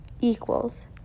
equals